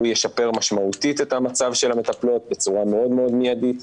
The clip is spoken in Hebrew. הוא ישפר משמעותית את המצב של המטפלות בצורה מאוד מיידית,